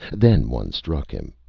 then one struck him.